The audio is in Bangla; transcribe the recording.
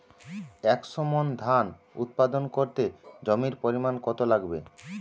একশো মন ধান উৎপাদন করতে জমির পরিমাণ কত লাগবে?